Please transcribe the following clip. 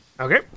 Okay